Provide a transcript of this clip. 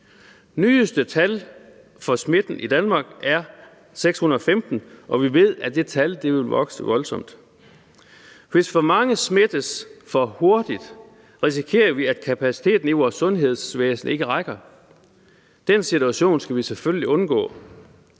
Nyeste tal for smitten i Danmark er 615, og vi ved, at det tal vil vokse voldsomt. Hvis for mange smittes for hurtigt, risikerer vi, at kapaciteten i vores sundhedsvæsen ikke rækker. Den situation skal vi selvfølgelig undgå.